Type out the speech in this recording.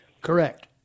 Correct